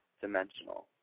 dimensional